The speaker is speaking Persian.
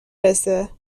رسه